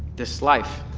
this life,